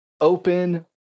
Open